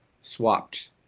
swapped